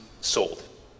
sold